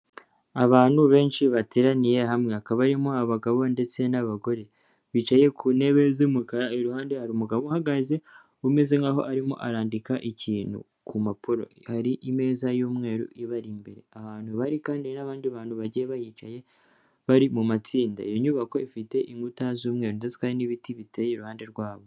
abantu benshi bateraniye hamwe hakabamo abagabo ndetse n'abagore bicaye ku ntebe z'umukara iruhande hari umugabo uhagaze umeze nkaho arimo adika ikintu ku mpapuro hari i m y'umweru ibari imbere ahantu bari kandi n'abandi bantu bagiye bayicaye bari mu matsinda iyo nyubako ifite inkuta z'umweru ndetse hari n'ibiti bite iruhande rwabo